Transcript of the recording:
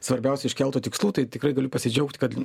svarbiausia iškeltų tikslų tai tikrai galiu pasidžiaugt kad